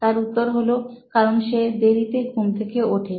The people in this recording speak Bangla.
তার উত্তর হলো কেরণ সে দেরিতে ঘুম থেকে ওঠে